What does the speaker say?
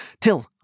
till